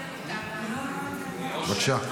בבקשה.